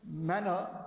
manner